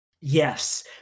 Yes